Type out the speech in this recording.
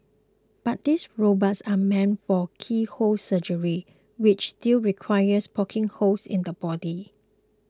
but these robots are meant for keyhole surgery which still requires poking holes in the body